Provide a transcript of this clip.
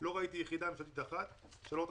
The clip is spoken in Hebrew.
לא ראיתי יחידה ממשלתית אחת שלא רוצה